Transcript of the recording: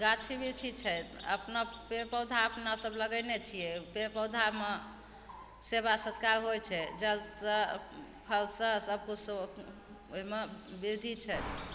गाछी बिरछी छै अपना पेड़ पौधा अपना सब लगेने छिए पेड़ पौधामे सेवा सत्कार होइ छै जलसे फलसे सबकिछुसे ओहिम बिरधी छै